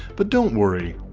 but don't worry.